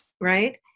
Right